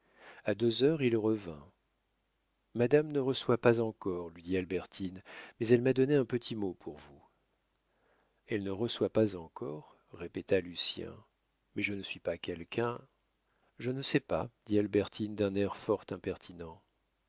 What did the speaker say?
a deux heures il revint madame ne reçoit pas encore lui dit albertine mais elle m'a donné un petit mot pour vous elle ne reçoit pas encore répéta lucien mais je ne suis pas quelqu'un je ne sais pas dit albertine d'un air fort impertinent